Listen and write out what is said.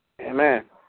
Amen